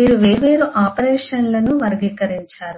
మీరు వేర్వేరు ఆపరేషన్లను వర్గీకరించారు